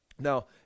now